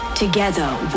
Together